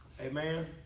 Amen